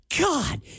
God